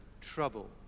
trouble